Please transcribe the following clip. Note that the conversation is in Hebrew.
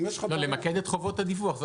לא, למקד את חובות הדיווח.